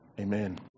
Amen